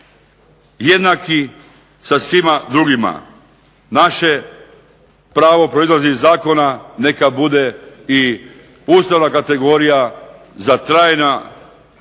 jednaki sa svima drugima. Naše pravo proizlazi iz zakona, neka bude i ustavna kategorija za trajna i